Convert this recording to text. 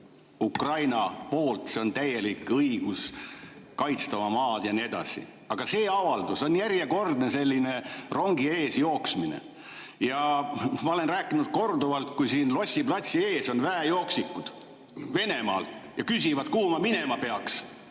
Ukraina poolt, neil on täielik õigus kaitsta oma maad ja nii edasi. Aga see avaldus on järjekordne selline rongi ees jooksmine. Ma olen rääkinud korduvalt sellest, et siin Lossi platsi ees on väejooksikud Venemaalt ja küsivad, kuhu nad minema peaks.